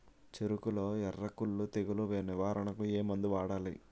చెఱకులో ఎర్రకుళ్ళు తెగులు నివారణకు ఏ మందు వాడాలి?